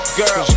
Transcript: girl